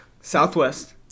southwest